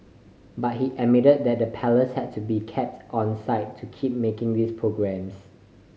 but he admitted that the Palace had to be kept onside to keep making these programmes